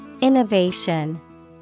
Innovation